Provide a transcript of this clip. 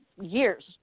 years